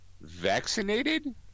vaccinated